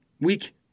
Week